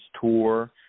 tour